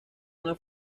una